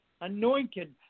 Anointed